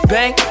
Bang